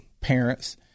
parents